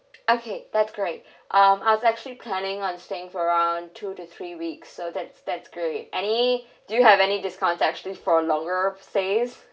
okay that's great um I was actually planning on staying for around two to three weeks so that's that's great any do you have any discount actually for longer stays